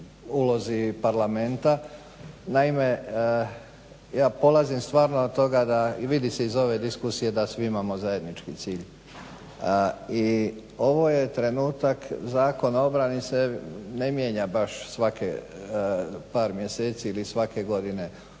ulozi parlamenta. Naime, ja polazim stvarno od toga i vidi se iz ove diskusije da svi imamo zajednički cilj i ovo je trenutak, Zakon o obrani se ne mijenja baš svakih par mjeseci ili svake godine.